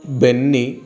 Benny